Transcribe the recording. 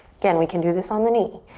again, we can do this on the knee.